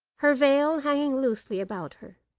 her veil hanging loosely about her.